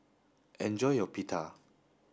enjoy your pita